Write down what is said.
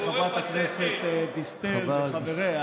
אתה מושחת, חבל על הזמן,